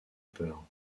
peur